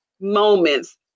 moments